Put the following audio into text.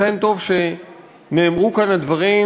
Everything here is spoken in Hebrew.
לכן טוב שנאמרו כאן הדברים,